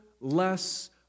less